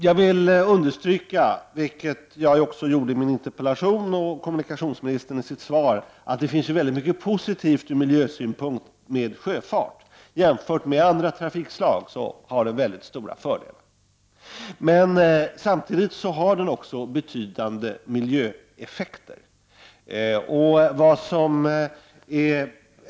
Jag vill understryka, vilket jag också gjorde i min interpellation och vilket kommunikationsministern gjorde i sitt svar, att det från miljösynpunkt finns väldigt mycket positivt med sjöfarten. Jämfört med andra trafikslag har sjöfarten mycket stora fördelar, men samtidigt har den betydande miljöeffekter.